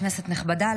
כנסת נכבדה,